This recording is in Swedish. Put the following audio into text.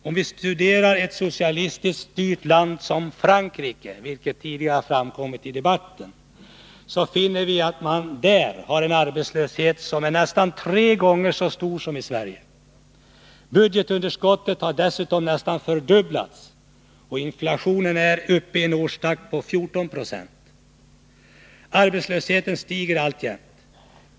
Om vi studerar ett socialistiskt styrt land som Frankrike, vilket tidigare har framkommit i debatten, finner vi att man där har en arbetslöshet som är nästan tre gånger så stor som i Sverige. Budgetunderskottet har dessutom nästan fördubblats, och inflationen är uppe i en årstakt på 14 26. Arbetslösheten stiger alltjämt.